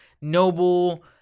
noble